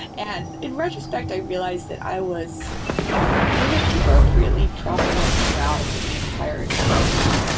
and in retrospect, i realized that i was inappropriately propping up morale for the entire engineering org.